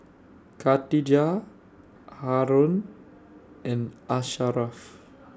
Khatijah Haron and Asharaff